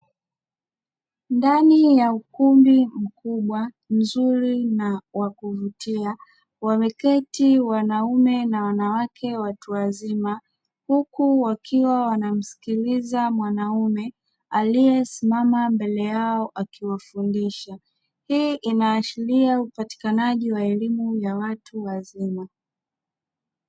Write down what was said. Ndani ya ukumbi mkubwa mzuri na wa kuvutia wameketi wanaume na wanawake watu wazima, huku wakiwa wanamsikiliza mwanaume aliyesimama mbele yao akiwafundisha, hii ina ashiria upatikanaji wa elimu ya watu wazima.